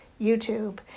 YouTube